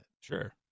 sure